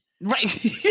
right